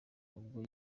ubwo